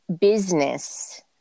business